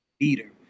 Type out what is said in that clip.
leader